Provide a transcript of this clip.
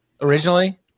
originally